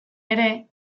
ere